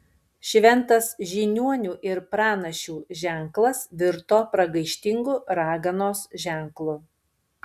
šventas žiniuonių ir pranašių ženklas virto pragaištingu raganos ženklu